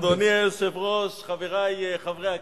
אדוני היושב-ראש, חברי חברי הכנסת,